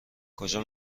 کجا